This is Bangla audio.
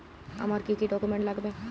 আমার কি কি ডকুমেন্ট লাগবে?